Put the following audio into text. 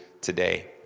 today